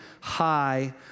high